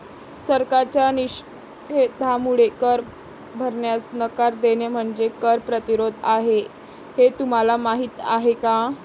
सरकारच्या निषेधामुळे कर भरण्यास नकार देणे म्हणजे कर प्रतिरोध आहे हे तुम्हाला माहीत आहे का